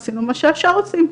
עשינו את מה שהשאר עושים,